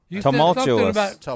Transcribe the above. Tumultuous